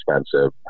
expensive